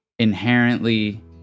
inherently